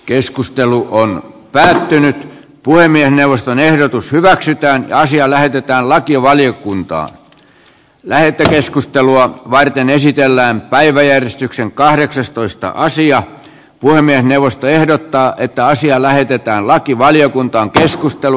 keskustelu on lähtenyt puhemiesneuvoston ehdotus hyväksytään ja asia lähetetään lakivaliokuntaan lähetekeskustelua varten esitellään päiväjärjestykseen kahdeksastoista asiaa puhemiesneuvosto ehdottaa että asia lähetetään lakivaliokuntaan